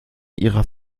ihrer